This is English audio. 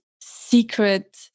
secret